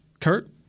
Kurt